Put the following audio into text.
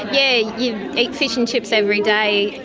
yeah, you eat fish and chips every day,